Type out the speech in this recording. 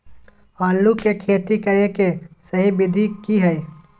आलू के खेती करें के सही विधि की हय?